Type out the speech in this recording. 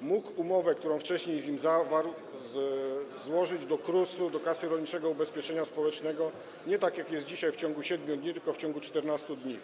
mógł umowę, którą wcześniej z nim zawarł, złożyć do KRUS-u, do Kasy Rolniczego Ubezpieczenia Społecznego nie, tak jak jest dzisiaj, w ciągu 7 dni, a w ciągu 14 dni.